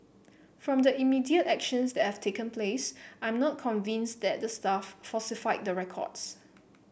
from the immediate actions that have taken place I am not convinced that the staff falsified the records